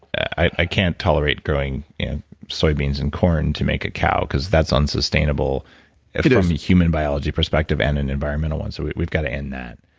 i can't tolerate growing soybeans and corn to make a cow because that's unsustainable from you know a human biology perspective and an environmental one. so we've got to end that.